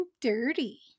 dirty